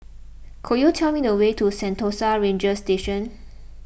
could you tell me the way to Sentosa Ranger Station